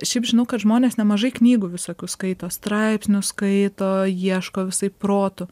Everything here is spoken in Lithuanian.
šiaip žinau kad žmonės nemažai knygų visokių skaito straipsnių skaito ieško visaip protu